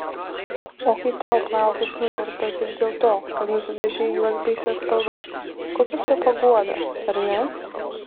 o kai tau plaukus nukerpa tik dėl to kad nusidažei juos baisia spalva kokia čia paguoda ar ne